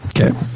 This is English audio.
okay